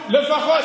לפחות,